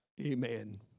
amen